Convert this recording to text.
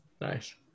Nice